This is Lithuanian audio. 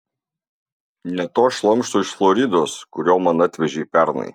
ne to šlamšto iš floridos kurio man atvežei pernai